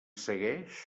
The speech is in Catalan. segueix